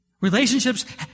Relationships